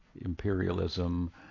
imperialism